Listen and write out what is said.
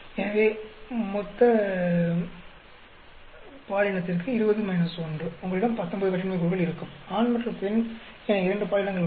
எனவே மொத்த பாலினத்திற்கு 20 1 உங்களிடம் 19 கட்டின்மை கூறுகள் இருக்கும் ஆண் மற்றும் பெண் என இரண்டு பாலினங்கள் உள்ளன